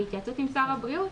בהתייעצות עם שר הבריאות,